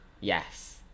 yes